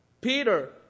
Peter